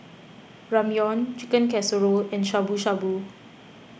Ramyeon Chicken Casserole and Shabu Shabu